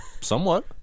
Somewhat